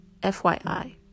FYI